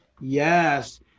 Yes